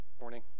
Morning